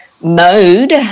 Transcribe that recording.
mode